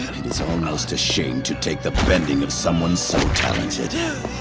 it is almost a shame to take the bending of someone so talented.